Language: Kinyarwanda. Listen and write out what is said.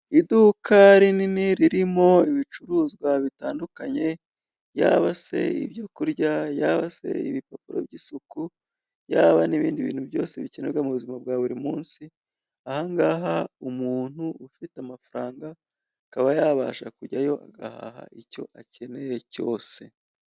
Iduka rinini ririmo ibicuruzwa bitandukanye, yaba se ibyo kurya, yaba se ibipapuro by'isuku, yaba n'ibindi bintu byose bikenerwa mu buzima bwa buri munsi, ahangaha umuntu ufite amafaranga akaba yabasha kujyayo, agahaha icyo akeneye cyose.